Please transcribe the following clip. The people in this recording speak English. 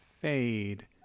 fade